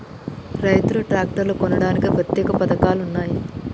రైతులు ట్రాక్టర్లు కొనడానికి ప్రత్యేక పథకాలు ఉన్నయా?